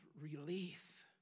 relief